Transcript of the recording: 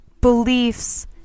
beliefs